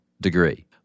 degree